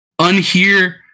unhear